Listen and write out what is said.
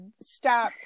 stop